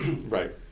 Right